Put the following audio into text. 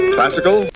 Classical